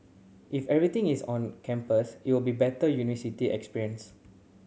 if everything is on campus it will be better university experience